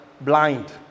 blind